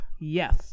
yes